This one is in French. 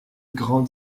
grande